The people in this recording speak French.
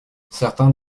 certains